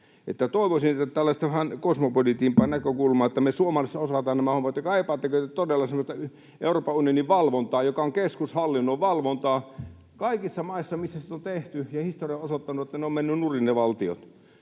Toivoisin tällaista vähän kosmopoliittisempaa näkökulmaa, että me suomalaiset osataan nämä hommat. Kaipaatteko te todella semmoista Euroopan unionin valvontaa, joka on keskushallinnon valvontaa? Kaikissa maissa, missä sitä on tehty, historia on osoittanut, että ne valtiot